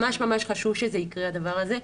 ממש חשוב שהדבר הזה יקרה.